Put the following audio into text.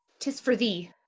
tis for thee!